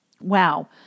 wow